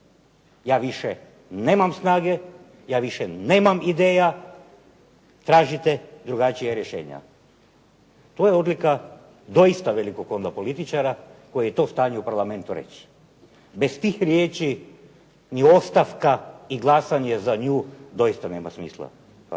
Ja više nemam snage, ja više nemam ideja, tražite drugačija rješenja. To je odlika doista velikog onda političara koji je to u stanju u Parlamentu reć. Bez tih riječi ni ostavka i glasanje za nju doista nema smisla.